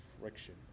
friction